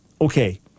Okay